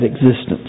existence